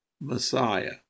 Messiah